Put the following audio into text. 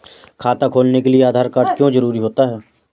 खाता खोलने के लिए आधार कार्ड क्यो जरूरी होता है?